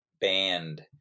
band